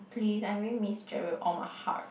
please I really miss Gerald all my heart